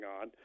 on